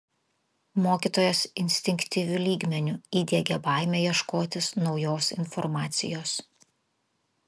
mokytojas instinktyviu lygmeniu įdiegė baimę ieškotis naujos informacijos